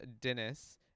Dennis